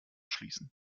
schließen